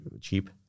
cheap